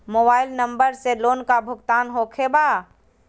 Mobile number से loan का भुगतान होखे बा?